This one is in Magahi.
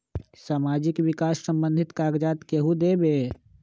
समाजीक विकास संबंधित कागज़ात केहु देबे?